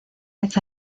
vez